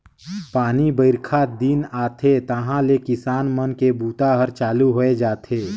पानी बाईरखा दिन आथे तहाँले किसान मन के बूता हर चालू होए जाथे